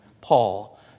Paul